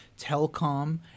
telecom